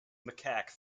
macaque